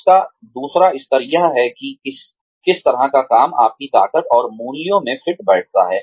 इसका दूसरा स्तर यह है कि किस तरह का काम आपकी ताकत और मूल्यों पर फिट बैठता है